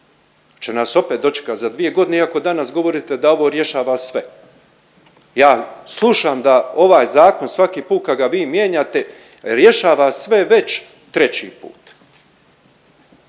Hoće nas opet dočekat za dvije godine iako danas govorite da ovo rješava sve. Ja slušam da ovaj zakon svaki put kad ga vi mijenjate rješava sve već treći put.